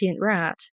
rat